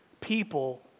people